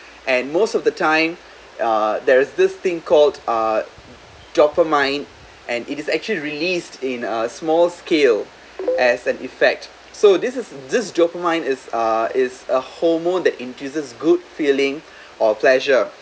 and most of the time uh there's this thing called uh dopamine and it is actually released in uh small scale as an effect so this is this dopamine is uh is a hormone that into this good feeling or pleasure